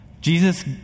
Jesus